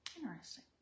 Interesting